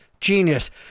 Genius